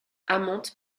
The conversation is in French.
amante